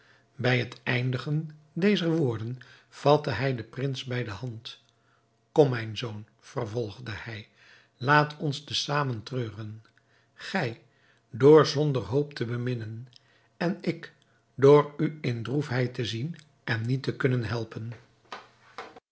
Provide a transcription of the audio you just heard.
bij het eindigen dezer woorden vatte hij den prins bij de hand kom mijn zoon vervolgde hij laat ons te zamen treuren gij door zonder hoop te beminnen en ik door u in droefheid te zien en niet te kunnen helpen